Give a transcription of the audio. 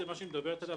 השינוי שהיא מדברת עליו,